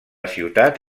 ciutat